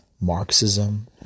Marxism